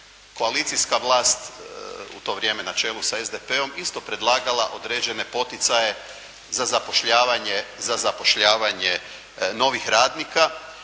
koalicijska vlas, u to vrijeme na čelu sa SDP-om, isto predlagala određene poticaje za zapošljavanje novih radnika